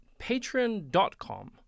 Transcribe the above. patreon.com